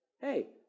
hey